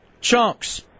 Chunks